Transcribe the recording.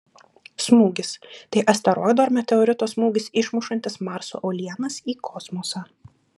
smūgis tai asteroido ar meteorito smūgis išmušantis marso uolienas į kosmosą